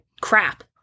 crap